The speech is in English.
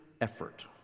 effort